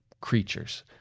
creatures